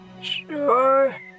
Sure